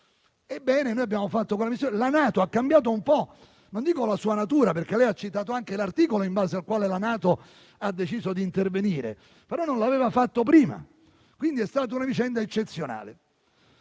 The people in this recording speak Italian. diverso. Noi abbiamo fatto quella missione e la NATO è cambiata un po', non nella sua natura: lei ha citato anche l'articolo in base al quale la NATO ha deciso di intervenire, però non l'aveva fatto prima, quindi è stata una vicenda eccezionale.